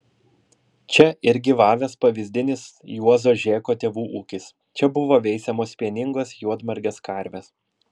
čia ir gyvavęs pavyzdinis juozo žėko tėvų ūkis čia buvo veisiamos pieningos juodmargės karvės